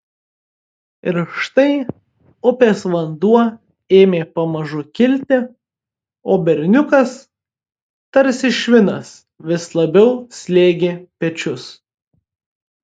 ir štai upės vanduo ėmė pamažu kilti o berniukas tarsi švinas vis labiau slėgė pečius